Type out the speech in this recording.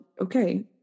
okay